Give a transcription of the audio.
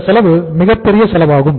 இந்த செலவு மிகப்பெரிய செலவாகும்